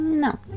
No